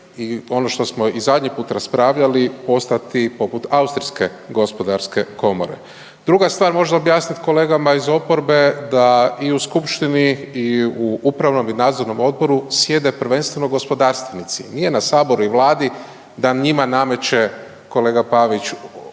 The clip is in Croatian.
i ono što smo i zadnji put raspravljali postati poput austrijske gospodarske komore. Druga stvar, možda objasnit kolegama iz oporbe da i u skupštini i u upravnom i nadzornom odboru sjede prvenstveno gospodarstvenici. Nije na saboru i vladi da njima nameće kolega Pavić bilo